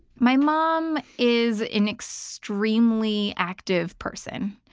my mom is an extremely active person.